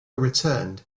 returned